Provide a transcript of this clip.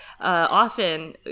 often